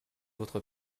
votre